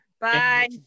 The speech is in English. bye